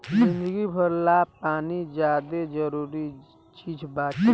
जिंदगी भर ला पानी ज्यादे जरूरी चीज़ बाटे